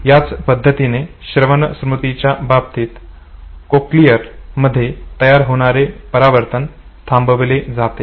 याच पद्धतीने श्रवण स्मृतीच्या बाबतीत कोक्लियर मध्ये तयार होणारे परावर्तन थांबवले जाते